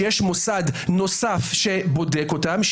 שיש מוסד נוסף שבודק אותן,